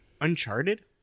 Uncharted